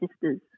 sisters